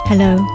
Hello